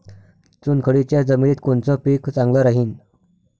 चुनखडीच्या जमिनीत कोनचं पीक चांगलं राहीन?